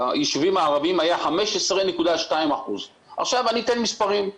וביישובים הערביים היה 15.2%. אני אתן מספרים מייצגים.